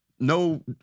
no